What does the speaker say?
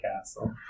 castle